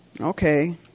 Okay